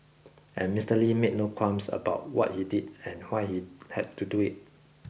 and Mister Lee made no qualms about what he did and why he had to do it